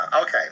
okay